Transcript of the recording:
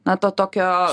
na to tokio